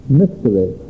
mystery